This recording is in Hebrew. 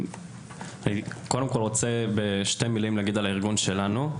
אני קודם כל רוצה בשתי מילים להגיד על הארגון שלנו.